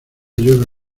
llueve